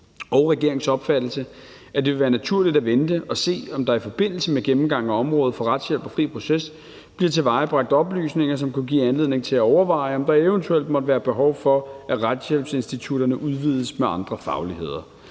og regeringens opfattelse, at det vil være naturligt at vente og se, om der i forbindelse med gennemgangen af området for retshjælp og fri proces bliver tilvejebragt oplysninger, som kunne give anledning til at overveje, om der eventuelt måtte være behov for, at retshjælpsinstitutionerne udvides med andre fagligheder.